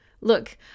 Look